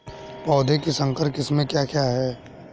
पौधों की संकर किस्में क्या क्या हैं?